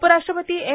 उपराष्ट्रपती एम